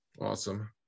Awesome